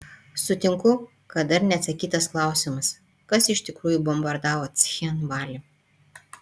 sutinku kad dar neatsakytas klausimas kas iš tikrųjų bombardavo cchinvalį